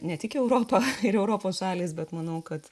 ne tik europa ir europos šalys bet manau kad